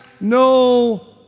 No